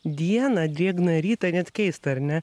dieną drėgną rytą net keista ar ne